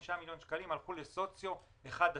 מיליון שקלים הלכו לרשויות במעמד סוציו-אקונומי 1 3,